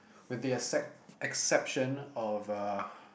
with the except~ exceptional of a